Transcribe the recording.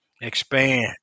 expand